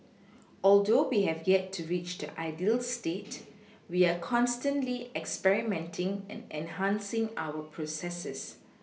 although we have yet to reach the ideal state we are constantly experimenting and enhancing our processes